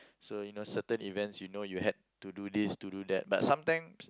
so you know certain events you know you had to do this to do that but sometimes